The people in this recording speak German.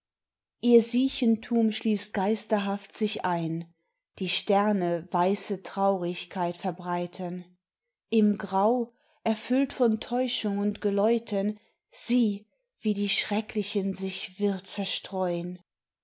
ihr siechentum schließt geisterhaft sich ein die sterne weiße traurigkeit verbreiten im grau erfüllt von täuschung und geläuten sieh wie die schrecklichen sich wirr zerstreun